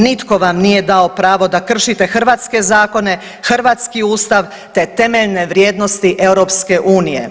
Nitko vam nije dao pravo da kršite hrvatske zakone, hrvatski ustav, te temeljne vrijednosti EU.